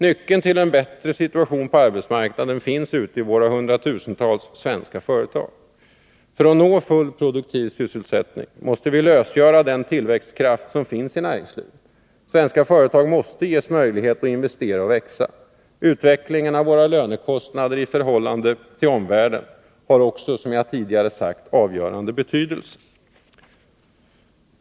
Nyckeln till en bättre situation på arbetsmarknaden finns ute i våra hundratusentals svenska företag. För att nå full produktiv sysselsättning måste vi lösgöra den tillväxtkraft som finns i näringslivet. Svenska företag måste ges möjlighet att investera och växa. Utvecklingen av våra lönekostnader förhållande till omvärlden har också, som jag tidigare sagt, avgörande betydelse.